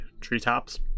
treetops